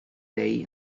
day